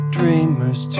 dreamers